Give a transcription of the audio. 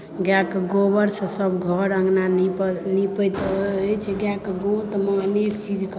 गाएके गोबरसँ सभ घर अङ्गना नीप नीपैत अछि गाएके गोँतमे अनेक चीजके